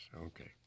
Okay